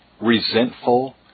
resentful